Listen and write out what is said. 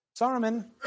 Saruman